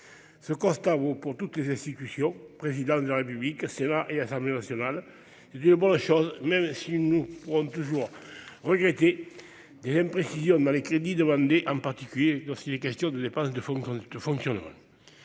Ce constat vaut pour toutes les institutions, présidence de la République, Sénat et Assemblée nationale. C'est une bonne chose, même si nous pourrons toujours regretter des imprécisions dans les crédits demandés, en particulier lorsqu'il est question de dépenses de fonctionnement.